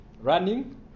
Running